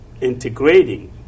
integrating